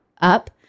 up